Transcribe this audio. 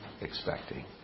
expecting